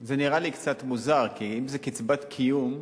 זה נראה לי קצת מוזר, כי אם זו קצבת קיום,